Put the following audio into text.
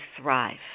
thrive